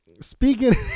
Speaking